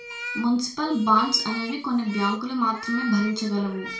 municipal bonds అనేవి కొన్ని బ్యాంకులు మాత్రమే భరించగలవు